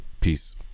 peace